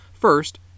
First